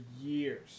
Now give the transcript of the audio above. years